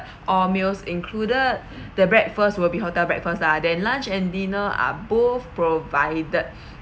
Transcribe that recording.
all meals included the breakfast will be hotel breakfast lah then lunch and dinner are both provided